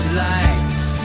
lights